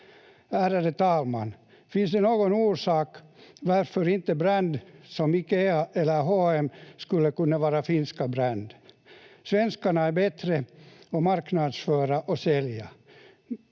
Ärade talman! Finns det någon orsak varför inte brand som Ikea eller H&M skulle kunna vara finska brand? Svenskarna är bättre på att marknadsföra och sälja.